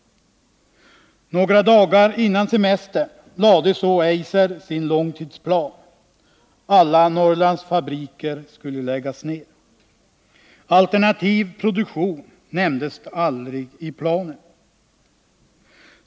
Några dagar före semestern lade Eiser fram sin långtidsplan: Alla Norrlandsfabriker skulle läggas ner. Alternativ produktion nämndes aldrig i planen.